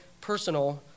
personal